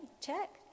check